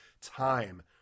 time